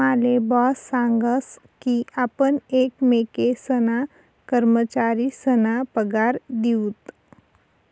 माले बॉस सांगस की आपण एकमेकेसना कर्मचारीसना पगार दिऊत